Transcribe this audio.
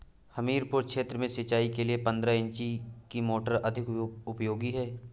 हमीरपुर क्षेत्र में सिंचाई के लिए पंद्रह इंची की मोटर अधिक उपयोगी है?